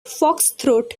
foxtrot